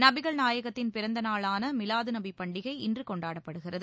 நபிகள் நாயகத்தின் பிறந்தநாளான மிலாது நபி பண்டிகை இன்று கொண்டாடப்படுகிறது